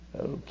Okay